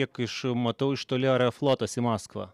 kiek iš matau iš toli aeroflotas į maskvą